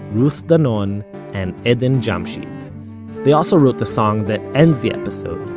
ruth danon and eden djamchid. they also wrote the song that ends the episode,